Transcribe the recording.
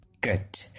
Good